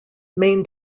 main